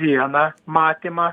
vieną matymą